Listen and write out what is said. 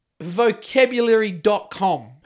vocabulary.com